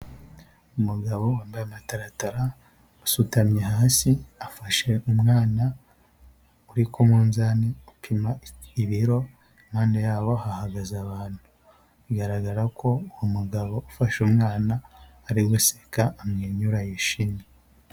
Umugabo wambaye amataratara asutamye hasi afashe umwana uri ku munzani upima ibiro inyuma yabo hahagaze abantu bigaragara ko uwo mugabo ufashe umwana ariguseka amwenyura yishimye.